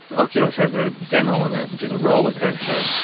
oculus has a demo on it which is a rollercoaster.